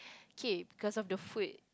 okay because of the food